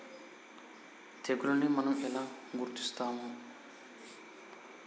తెగులుని మనం ఎలా గుర్తిస్తాము?